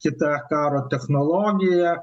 kita karo technologija